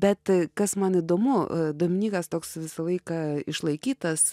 bet kas man įdomu dominykas toks visą laiką išlaikytas